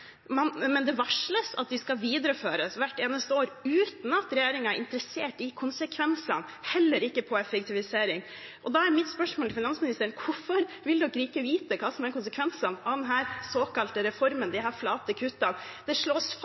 skal videreføres hvert eneste år – uten at regjeringen er interessert i konsekvensene, heller ikke når det gjelder effektivisering. Da er mitt spørsmål til finansministeren: Hvorfor vil ikke regjeringen vite hva som er konsekvensene av den såkalte reformen, disse flate kuttene? Det slås